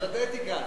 יושב-ראש הכנסת,